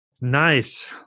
nice